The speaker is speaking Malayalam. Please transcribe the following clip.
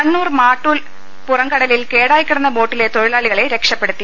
കണ്ണൂർ മാട്ടൂൽ പുറം കടലിൽ കേടായി കിടന്ന ബോട്ടിലെ തൊഴിലാളികളെ രക്ഷപ്പെടുത്തി